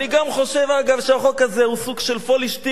אגב, אני חושב שהחוק הזה הוא סוג של פוילעשטיק,